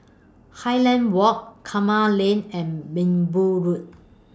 Highland Walk Kramat Lane and Minbu Road